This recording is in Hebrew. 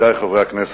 ידידי חברי הכנסת,